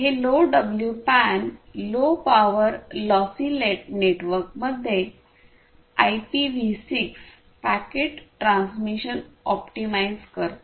हे LoWPAN low power lossy नेटवर्कमध्ये IPv6 packet transmission optimise करते